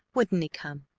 wouldn't he come?